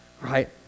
right